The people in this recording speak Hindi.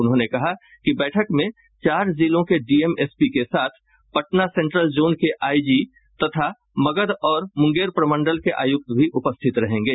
उन्होंने कहा कि बैठक में चार जिलों के डीएम एसपी के साथ पटना सेंट्रल जोन के आईजी तथा मगध और मुंगेर प्रमंडल के आयुक्त भी उपस्थित रहेंगे